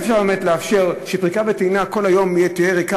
אי-אפשר באמת לאפשר שמקום פריקה וטעינה יהיה כל היום ריק